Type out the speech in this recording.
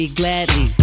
gladly